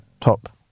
top